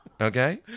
Okay